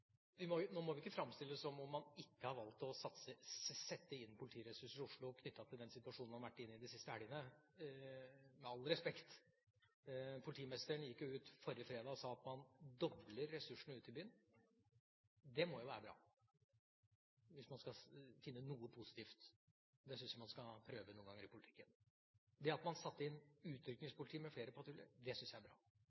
politiressurser i Oslo knyttet til den situasjonen man har hatt de siste helgene. Med all respekt: Politimesteren gikk ut forrige fredag og sa at man dobler ressursene ute i byen. Det må jo være bra, hvis man skal finne noe positivt. Det syns jeg man skal prøve noen ganger i politikken. Det at man satte inn